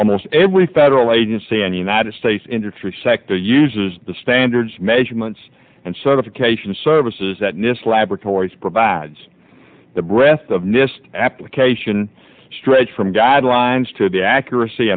almost every federal agency and united states industry sector uses the standards measurements and certification services that nist laboratories provides the breath of nist application straight from guidelines to the accuracy